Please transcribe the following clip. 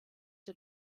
der